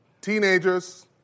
teenagers